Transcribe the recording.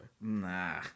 Nah